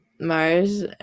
Mars